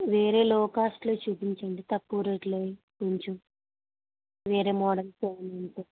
వేరే లో కాస్ట్లో చూపించండి తక్కువ రేట్లోవి కొంచెం వేరే మోడల్స్ ఏమన్న ఉంటే